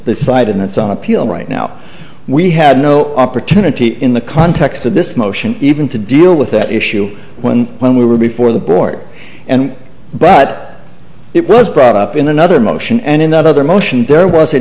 this side and that's on appeal right now we had no opportunity in the context of this motion even to deal with that issue when when we were before the board and but it was brought up in another motion and in that other motion there was a